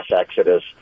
exodus